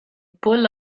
pull